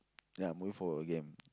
ya moving forward a game